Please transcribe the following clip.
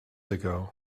ago